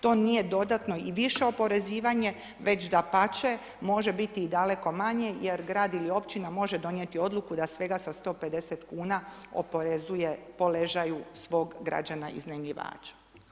To nije dodatno i više oporezivanje već dapače, može biti i daleko manje jer grad ili općina može donijeti odluku da svega sa 150 kuna oporezuje po ležaju svog građana iznajmljivača.